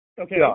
Okay